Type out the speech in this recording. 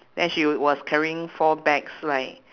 then she was carrying four bags like